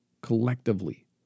collectively